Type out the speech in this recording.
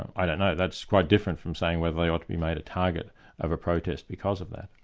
i don't know. that's quite different from saying whether they ought to be made a target of a protest because of that.